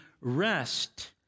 rest